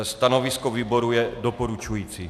Stanovisko výboru je doporučující.